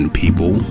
people